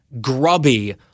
grubby